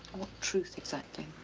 truth exactly?